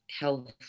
health